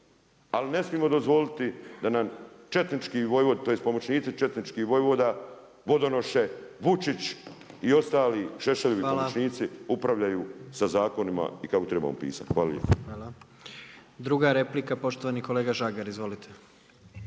ali ne smijemo dozvoliti da nam četnički vojvoda, tj. pomoćnici četničkih vojvoda, vodonoše Vučić i ostali Šešeljevi pomoćnici upravljaju sa zakonima i kako trebamo pisati. Hvala lijepo. **Jandroković, Gordan (HDZ)** Hvala.